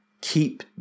keep